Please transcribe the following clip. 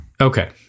okay